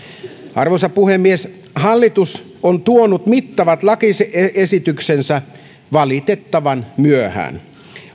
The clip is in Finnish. arvoisa puhemies hallitus on tuonut mittavat lakiesityksensä valitettavan myöhään